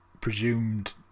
presumed